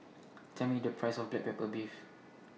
Tell Me The Price of Black Pepper Beef